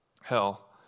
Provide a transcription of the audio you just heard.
hell